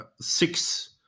six